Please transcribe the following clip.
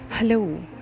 Hello